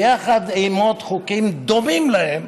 ביחד עם עוד חוקים דומים לה,